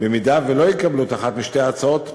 במידה שלא יקבלו את אחת משתי ההצעות,